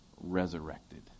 resurrected